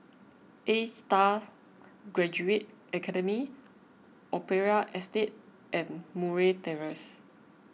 A Star Graduate Academy Opera Estate and Murray Terrace